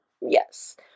yes